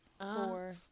Four